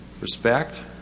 Respect